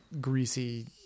greasy